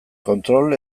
kontrol